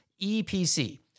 EPC